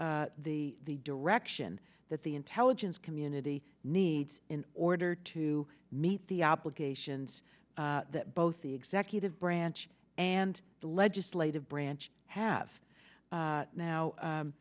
provide the direction that the intelligence community needs in order to meet the obligations that both the executive branch and the legislative branch have now